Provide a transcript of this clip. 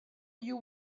you